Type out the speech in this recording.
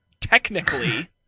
technically